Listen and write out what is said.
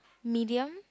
medium